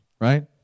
right